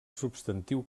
substantiu